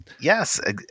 Yes